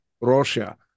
Russia